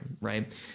right